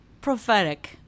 prophetic